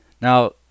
Now